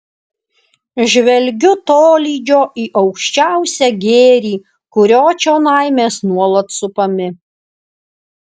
žvelgiu tolydžio į aukščiausią gėrį kurio čionai mes nuolat supami